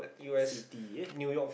city